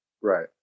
Right